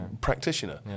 practitioner